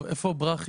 טוב, איפה ברכי?